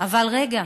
אבל רגע,